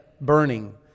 burning